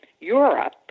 europe